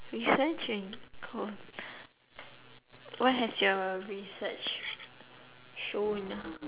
researching cool what has your research shown